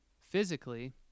physically